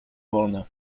wolny